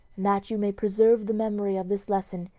that you may preserve the memory of this lesson,